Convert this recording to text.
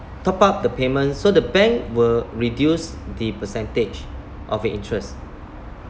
top up the payments so the bank will reduce the percentage of your interest